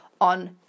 on